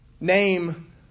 name